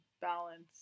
balance